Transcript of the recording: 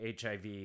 HIV